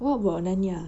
what about narnia